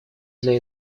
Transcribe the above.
для